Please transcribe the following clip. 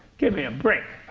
give me a break.